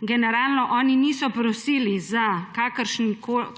Računovodje niso prosili za